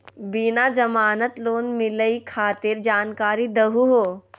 बिना जमानत लोन मिलई खातिर जानकारी दहु हो?